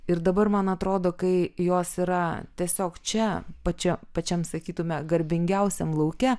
ir dabar man atrodo kai jos yra tiesiog čia pačia pačiam sakytume garbingiausiam lauke